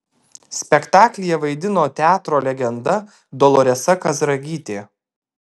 spektaklyje vaidino teatro legenda doloresa kazragytė